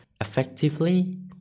effectively